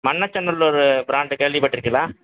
Manachanallur brand கேள்விப்பட்டிருக்கீளா